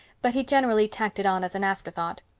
but he generally tacked it on as an afterthought.